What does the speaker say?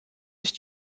sich